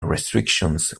restrictions